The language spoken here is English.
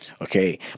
Okay